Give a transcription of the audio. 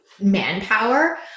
manpower